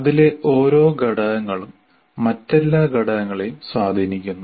അതിലെ ഓരോ ഘടകങ്ങളും മറ്റെല്ലാ ഘടകങ്ങളെയും സ്വാധീനിക്കുന്നു